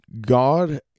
God